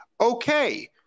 Okay